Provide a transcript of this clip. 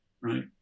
right